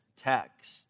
text